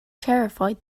terrified